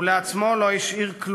ולעצמו לא השאיר כלום.